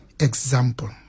example